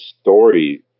story